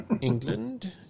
England